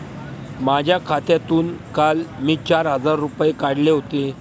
माझ्या खात्यातून काल मी चार हजार रुपये काढले होते